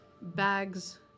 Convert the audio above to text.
bags